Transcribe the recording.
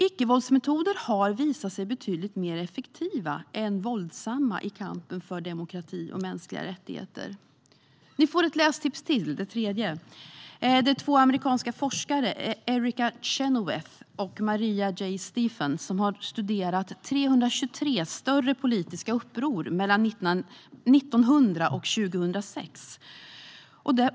Icke-våldsmetoder har visat sig betydligt mer effektiva än våldsamma metoder i kampen för demokrati och mänskliga rättigheter. Ni ska få ett lästips till, det tredje. Det är två amerikanska forskare, Erica Chenoweth och Maria J. Stephan, som har studerat 323 större politiska uppror mellan 1900 och 2006.